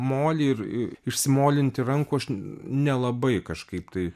molį ir išsimolinti rankų aš nelabai kažkaip tai